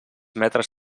metres